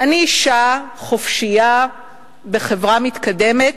אני אשה חופשייה בחברה מתקדמת,